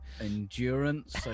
Endurance